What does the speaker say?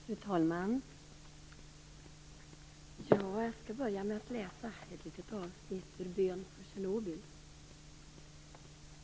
Fru talman! Jag skall börja med att läsa ett avsnitt ur Bön för Tjernobyl.